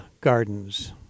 Gardens